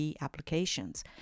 applications